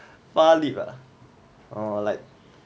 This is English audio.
far leap ah orh like